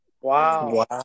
Wow